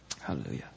Hallelujah